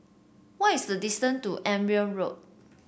what is the distance to Edgeware Road